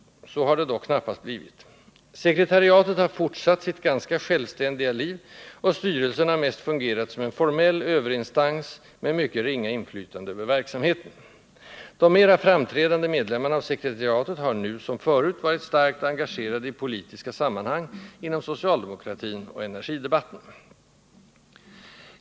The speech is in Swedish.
Så har det dock knappast blivit. Sekretariatet har fortsatt sitt ganska självständiga liv, och styrelsen har mest fungerat som en formell överinstans, med mycket ringa inflytande över verksamheten. De mera framträdande medlemmarna av sekretariatet har nu som förut varit starkt engagerade i politiska sammanhang, inom socialdemokratin och energidebatten.